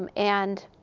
um and